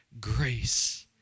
grace